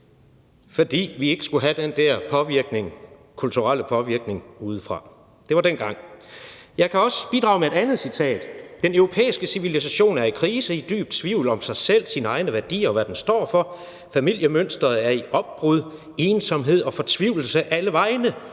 fordi vi ikke skulle have den der kulturelle påvirkning udefra. Det var dengang. Jeg kan også bidrage med et andet citat: Den europæiske civilisation er i krise, i dyb tvivl om sig selv, sine egne værdier, og hvad den står for, familiemønsteret er i opbrud, ensomhed og fortvivlelse alle vegne,